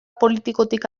politikotik